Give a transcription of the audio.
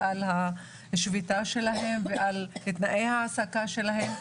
השביתה שלהן ותנאי ההעסקה שלהן.